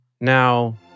now